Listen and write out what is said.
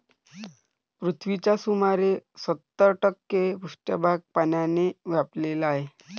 पृथ्वीचा सुमारे सत्तर टक्के पृष्ठभाग पाण्याने व्यापलेला आहे